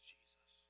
Jesus